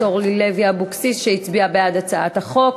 אורלי לוי אבקסיס שהצביעה בעד הצעת החוק.